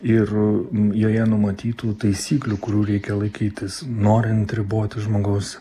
ir joje numatytų taisyklių kurių reikia laikytis norint riboti žmogaus